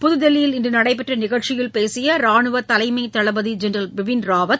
புதுதில்லியில் இன்று நடைபெற்ற நிகழ்ச்சியில் பேசிய ராணுவ தலைமை தளபதி ஜென்ரல் பிபின் ராவத்